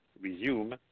resume